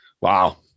Wow